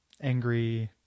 angry